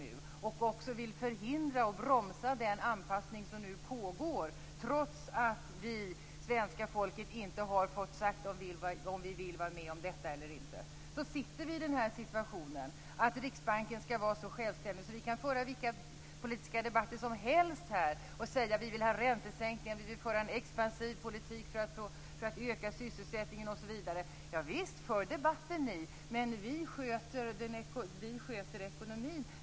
Vi vill också förhindra och bromsa den anpassning som nu pågår, trots att svenska folket inte har fått säga om man vill vara med om detta eller inte. Vi kan föra vilka politiska debatter som helst här och säga att vi vill ha räntesänkningar, att vi vill föra en expansiv politik för att öka sysselsättningen osv. Vi befinner oss i den situationen att Riksbanken skall vara så självständig att man kan säga: Ja visst, för debatten ni, men vi sköter ekonomin.